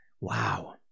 wow